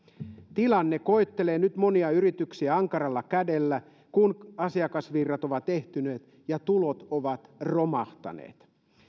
tilanne koettelee nyt monia yrityksiä ankaralla kädellä kun asiakasvirrat ovat ehtyneet ja tulot ovat romahtaneet